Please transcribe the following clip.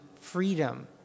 freedom